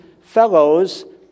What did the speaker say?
fellows